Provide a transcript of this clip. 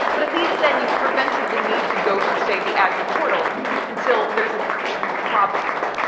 but at least then, you've prevented the need to go to say the azure portal until there's an actual problem.